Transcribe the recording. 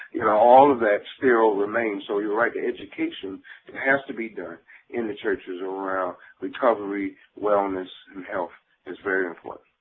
you know all of that still remains. so you're right, the education has to be done in the churches around recovery, wellness, and health is very important.